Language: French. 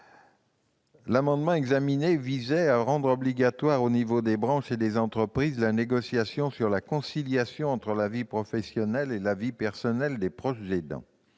L'amendement visait à l'origine à rendre obligatoire, au niveau des branches et des entreprises, la négociation sur la conciliation entre vie professionnelle et vie personnelle des proches aidants.